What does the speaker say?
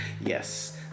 Yes